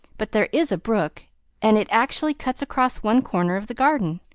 but there is a brook and it actually cuts across one corner of the garden.